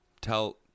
Tell